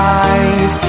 eyes